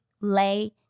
lay